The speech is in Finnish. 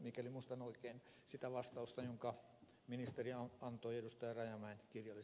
mikäli muistan oikein sitä vastausta jonka ministeri antoi ed